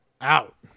out